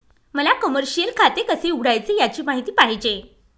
मला कमर्शिअल खाते कसे उघडायचे याची माहिती पाहिजे